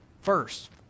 first